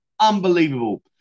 Unbelievable